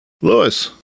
Lewis